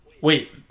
Wait